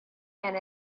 and